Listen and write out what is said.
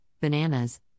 bananas